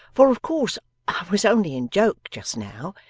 for of course i was only in joke just now,